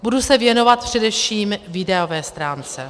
Budu se věnovat především výdajové stránce.